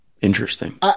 Interesting